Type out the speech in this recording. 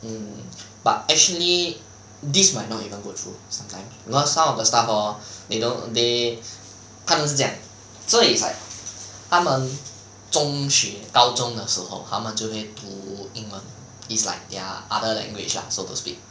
mmhmm but actually this might not even go through sometimes because of the staff hor they don't they 他们是这样 so it's like 他们中学高中的时候他们就会读英文 is like their other language lah so to speak